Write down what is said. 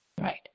right